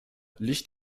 licht